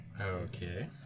Okay